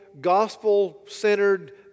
gospel-centered